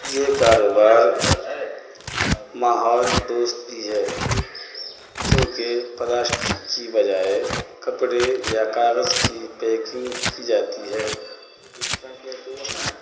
یہ کاروبار ماحول دوست بھی ہے کیونکہ پلاسٹک کی بجائے کپڑے یا کاغذ کی پیکنگ کی جاتی ہے